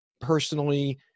personally